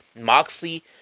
Moxley